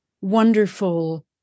wonderful